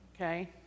Okay